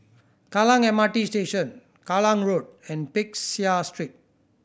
Kallang M R T Station Kallang Road and Peck Seah Street